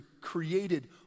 created